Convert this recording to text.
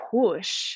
push